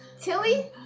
Tilly